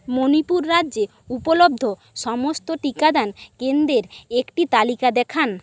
মণিপুর রাজ্যে উপলব্ধ সমস্ত টিকাদান কেন্দ্রের একটি তালিকা দেখান